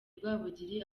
rwabugili